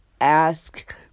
ask